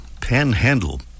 panhandle